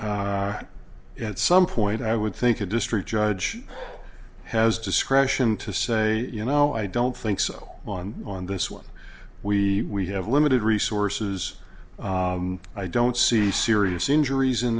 and at some point i would think a district judge has discretion to say you know i don't think so on on this one we have limited resources i don't see serious injuries in